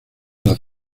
las